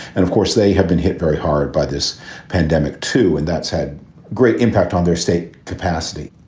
and of course, they have been hit very hard by this pandemic, too. and that's had great impact on their state capacity.